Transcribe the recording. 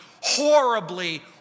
horribly